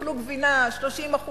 תאכלו גבינה 30%,